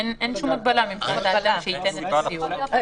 אין שום הגבלה מבחינת האדם שייתן את הסיוע.